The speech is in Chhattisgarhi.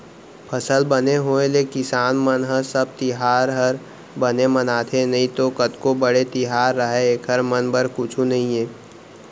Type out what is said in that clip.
फसल बने होय ले किसान मन ह सब तिहार हर बने मनाथे नइतो कतको बड़े तिहार रहय एकर मन बर कुछु नइये